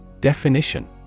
Definition